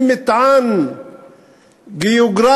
עם מטען גיאוגרפי,